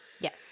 Yes